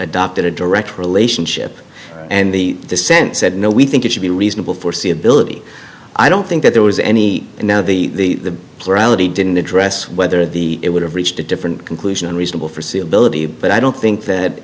adopted a direct relationship and the dissent said no we think it should be reasonable foreseeability i don't think that there was any and now the plurality didn't address whether the it would have reached a different conclusion unreasonable for see ability but i don't think that